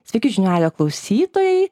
sveiki žinių radijo klausytojai